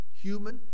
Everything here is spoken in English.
human